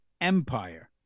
empire